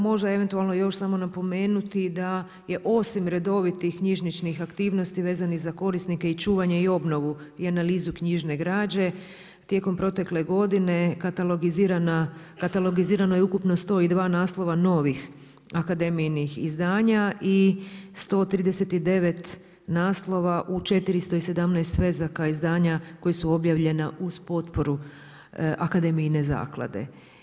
Možda eventualno još samo napomenuti da je osim redovitih knjižničnih aktivnosti vezanih za korisnike i čuvanje i obnovu i analizu knjižne građe tijekom protekle godine katalogizirano je ukupno 102 naslova novih akademijinih izdanja i 139 naslova u 417 svezaka izdanja koji su objavljena uz potporu akademijine zaklade.